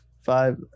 five